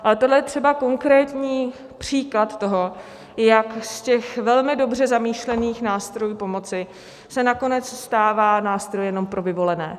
Ale tohle je třeba konkrétní příklad toho, jak z těch velmi dobře zamýšlených nástrojů pomoci se nakonec stává nástroj jenom pro vyvolené.